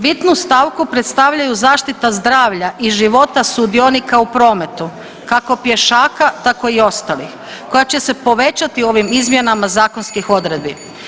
Bitnu stavku predstavljaju zaštita zdravlja i života sudionika u prometu kako pješaka, tako i ostalih koja će se povećati ovim izmjenama zakonskih odredbi.